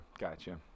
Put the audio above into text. gotcha